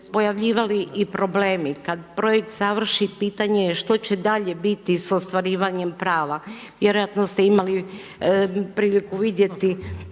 pojavljivali i problemi. Kada projekt završi pitanje je što će dalje biti sa ostvarivanjem prava. Vjerojatno se imali priliku vidjeti